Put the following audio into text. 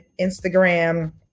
Instagram